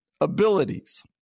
abilities